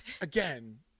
again